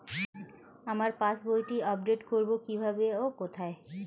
আমার পাস বইটি আপ্ডেট কোরবো কীভাবে ও কোথায়?